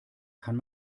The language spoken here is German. kann